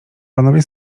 panowie